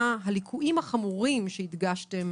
הליקויים החמורים שהדגשתם